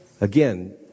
again